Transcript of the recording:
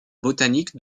botaniques